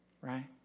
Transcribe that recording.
right